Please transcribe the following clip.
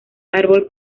árbol